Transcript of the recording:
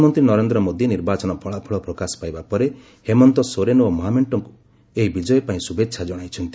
ପ୍ରଧାନମନ୍ତ୍ରୀ ନରେନ୍ଦ୍ର ମୋଦୀ ନିର୍ବାଚନ ଫଳାଫଳ ପ୍ରକାଶ ପାଇବା ପରେ ହେମନ୍ତ ସୋରେନ ଓ ମହାମେଣ୍ଟକୁ ଏହି ବିଜୟ ପାଇଁ ଶୁଭେଚ୍ଛା ଜଣାଇଛନ୍ତି